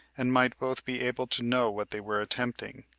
and might both be able to know what they were attempting,